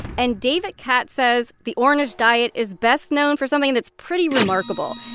and david katz says the ornish diet is best known for something that's pretty remarkable.